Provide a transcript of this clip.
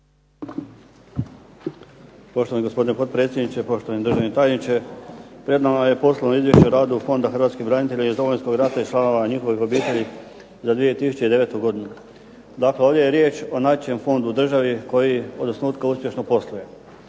Poštovani gospodine potpredsjedniče, poštovani državni tajniče. Pred nama je Poslovno izvješće o radu Fonda hrvatskih branitelja iz Domovinskog rata i članova njihovih obitelji za 2009. godinu. Dakle, ovdje je riječ o najjačem fondu u državi koji od osnutka uspješno posluje.